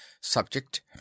Subject